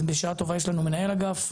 שבשעה טובה יש לנו מנהל אגף,